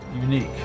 unique